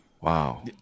Wow